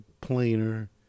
plainer